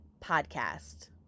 podcast